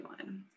one